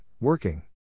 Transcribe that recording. Working